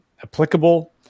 applicable